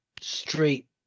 straight